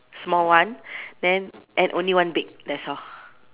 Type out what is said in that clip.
small one then and only one big that's all